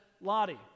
Lottie